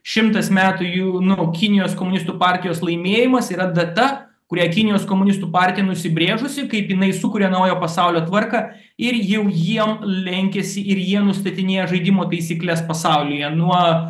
šimtas metų jų nu kinijos komunistų partijos laimėjimas yra data kurią kinijos komunistų partija nusibrėžusi kaip jinai sukuria naujo pasaulio tvarką ir jau jiem lenkiasi ir jie nustatinėja žaidimo taisykles pasaulyje nuo